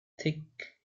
thick